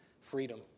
freedom